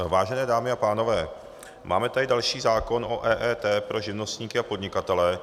Vážené dámy a pánové, máme tady další zákon o EET pro živnostníky a podnikatele.